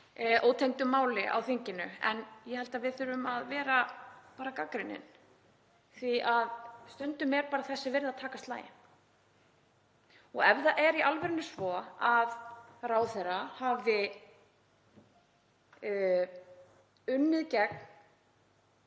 ótengdu máli hér á þinginu. En ég held að við þurfum að vera gagnrýnin því að stundum er þess virði að taka slaginn. Ef það er í alvöru svo að ráðherra hafi unnið gegn